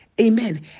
amen